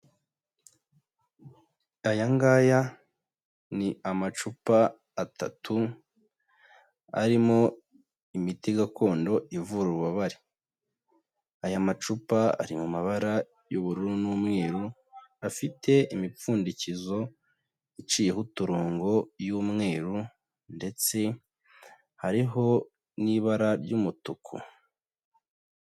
Aya ngaya ni amacupa atatu arimo imiti gakondo ivura ububabare, aya macupa ari mu mabara y'ubururu n'umweru, afite imipfundikizo iciyeho uturongo y'umweru ndetse hariho n'ibara ry'umutuku.